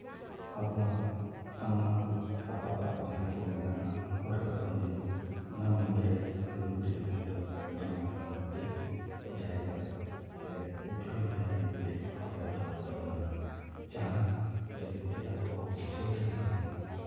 ᱟᱵᱚᱣᱟᱜ ᱥᱟᱢᱟ ᱥᱟᱯᱟᱯᱟᱜ ᱡᱟᱦᱟᱸ ᱠᱚ ᱢᱮᱱᱟᱜᱼᱟ ᱦᱚᱨᱚᱜ ᱵᱟᱸᱫᱮ ᱚᱱᱟ ᱢᱩᱫᱽᱨᱮ ᱞᱩᱜᱽᱲᱤᱡ ᱨᱮᱱ ᱫᱚ ᱟᱹᱰᱤ ᱢᱟᱨᱟᱝ ᱢᱤᱫᱴᱤᱡ ᱡᱟᱭᱜᱟ ᱥᱮ ᱩᱯᱨᱩᱢ ᱨᱮᱭᱟᱜ ᱢᱤᱫᱴᱤᱡ ᱦᱚᱨᱮ ᱫᱚᱦᱚᱭ ᱛᱟᱵᱳᱱᱟ ᱞᱟᱹᱜᱤᱫ ᱛᱮ ᱟᱵᱚ ᱠᱚ ᱵᱩᱡᱷᱟᱹᱣ ᱫᱟᱲᱮ ᱟᱵᱚᱱᱟ